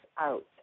out